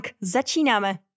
Začínáme